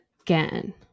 again